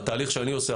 התהליך שאני עושה,